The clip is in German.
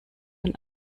von